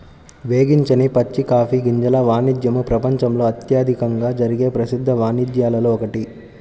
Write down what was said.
వేగించని పచ్చి కాఫీ గింజల వాణిజ్యము ప్రపంచంలో అత్యధికంగా జరిగే ప్రసిద్ధ వాణిజ్యాలలో ఒకటి